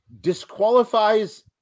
disqualifies